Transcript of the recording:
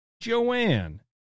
Joanne